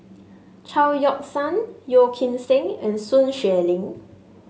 Chao Yoke San Yeo Kim Seng and Sun Xueling